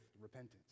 repentance